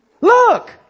Look